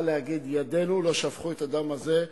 ידינו לא שפכו את הדם הזה,